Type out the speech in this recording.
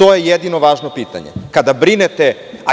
To je jedino važno pitanje. Kada brinete,